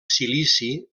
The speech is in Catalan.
silici